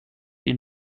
ihn